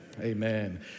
Amen